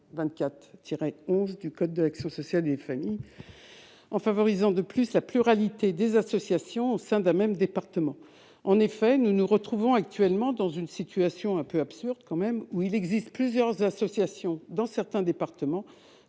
224-11 du code de l'action sociale et des familles, en favorisant de plus la pluralité des associations au sein d'un même département. En effet, nous nous trouvons actuellement dans une situation un peu absurde : certains départements comptent plusieurs associations, quand le droit